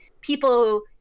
people